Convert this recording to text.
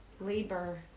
labor